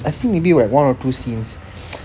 I seen maybe like one or two scenes